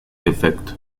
defecto